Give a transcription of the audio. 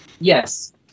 Yes